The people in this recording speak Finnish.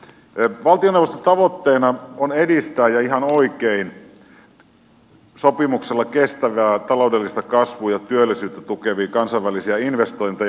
valtioneuvoston tavoitteena on edistää ja ihan oikein sopimuksella kestävää taloudellista kasvua ja työllisyyttä tukevia kansainvälisiä investointeja